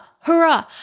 hurrah